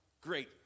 Great